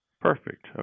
Perfect